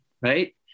right